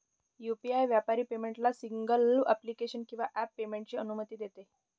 UPI व्यापारी पेमेंटला single application किंवा ॲप पेमेंटची अनुमती देते